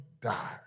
die